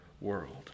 world